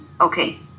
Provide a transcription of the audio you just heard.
okay